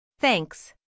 Thanks